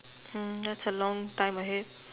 um that's a long time ahead